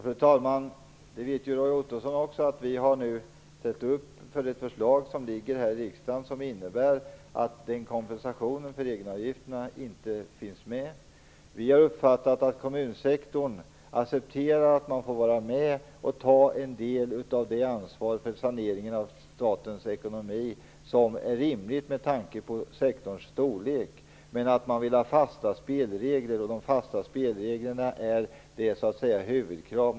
Fru talman! Roy Ottosson vet att vi har ställt upp på ett förslag som ligger på riksdagens bord och som innebär att kompensation för egenavgifterna inte finns med. Vi har uppfattat att kommunsektorn accepterar att man får vara med och ta en del av det ansvar för saneringen av statens ekonomi som är rimligt med tanke på sektorns storlek. Men man vill ha fasta spelregler, och det här med fasta spelregler är det huvudkrav man har.